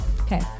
Okay